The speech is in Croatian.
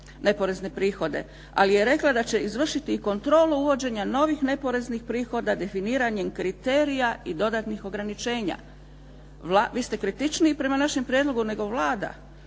neporezne prihode, ali je rekla da će izvršiti i kontrolu uvođenja novih neporeznih prihoda, definiranjem kriterija i dodatnih ograničenja. Vi ste kritičniji prema našem prijedlogu nego Vlada.